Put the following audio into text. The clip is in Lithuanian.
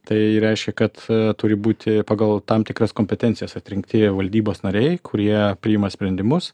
tai reiškia kad turi būti pagal tam tikras kompetencijas atrinkti valdybos nariai kurie priima sprendimus